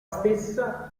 stessa